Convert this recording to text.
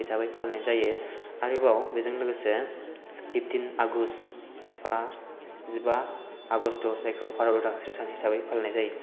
हिसाबै फालिनाय जायो आरोबाव बेजों लोगोसे फिफ्तिन आगष्ट बा जिबा आगष्ट जायखौ भारत उदांस्रि सान हिसाबै फालिनाय जायो